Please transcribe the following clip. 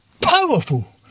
powerful